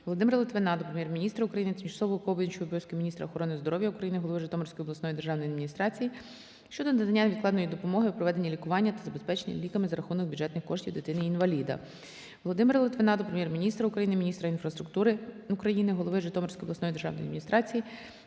Володимира Литвина до Прем'єр-міністра України, тимчасово виконуючої обов'язки міністра охорони здоров'я України, голови Житомирської обласної державної адміністрації щодо надання невідкладної допомоги в проведенні лікування та забезпеченні ліками за рахунок бюджетних коштів дитини-інваліда. Володимира Литвина до Прем'єр-міністра України, міністра інфраструктури України, голови Житомирської обласної державної адміністрації